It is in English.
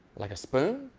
like a spoon?